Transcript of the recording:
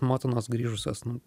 motinos grįžusios nu